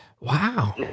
wow